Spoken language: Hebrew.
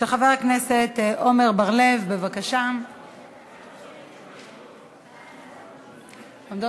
להצעה לסדר-היום ולהעביר את הנושא לוועדת העבודה,